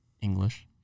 English